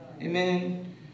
amen